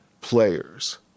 players